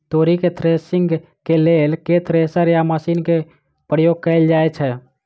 तोरी केँ थ्रेसरिंग केँ लेल केँ थ्रेसर या मशीन केँ प्रयोग कैल जाएँ छैय?